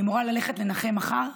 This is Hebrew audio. אני אמורה ללכת לנחם מחר.